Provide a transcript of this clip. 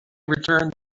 returned